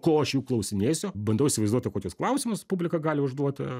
ko aš jų klausinėsiu bandau įsivaizduoti kokius klausimus publika gali užduoti